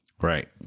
Right